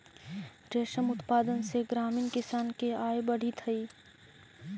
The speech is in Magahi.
रेशम उत्पादन से ग्रामीण किसान के आय बढ़ित हइ